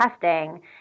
testing